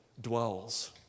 dwells